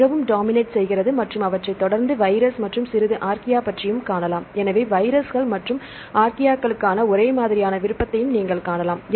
இது மிகவும் டாமிநேட் செய்கிறது மற்றும் அவற்றை தொடர்ந்து ஒரே மாதிரியான விருப்பத்தை நீங்கள் காணலாம்